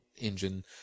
engine